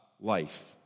life